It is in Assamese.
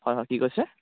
হয় হয় কি কৈছে